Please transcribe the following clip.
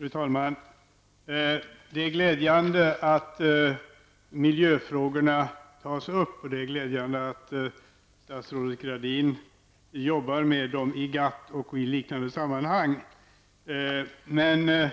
Herr talman! Det är glädjande att miljöfrågorna tas upp här. Det är också glädjande att statsrådet Gradin jobbar med dessa i GATT och även i andra liknande sammanhang. Men risken